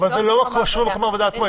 אבל זה לא קשור למקום העבודה עצמו.